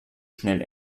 schnell